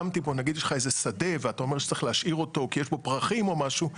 נגיד שיש לך איזה שדה ואתה רוצה להשאיר אותו כי בו פרחים או משהו,